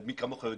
מי כמוך יודע,